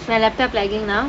my laptop lagging now